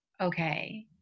okay